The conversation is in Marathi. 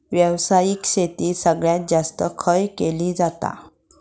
व्यावसायिक शेती सगळ्यात जास्त खय केली जाता?